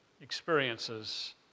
experiences